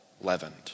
leavened